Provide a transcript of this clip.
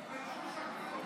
תתביישו.